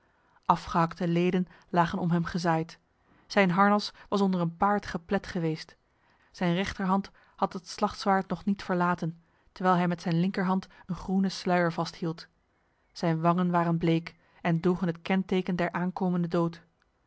afgehakte leden lagen om hem gezaaid zijn harnas was onder een paard geplet geweest zijn rechterhand had het slagzwaard nog niet verlaten terwijl hij met zijn linkerhand een groene sluier vasthield zijn wangen waren bleek en droegen het kenteken der aankomende dood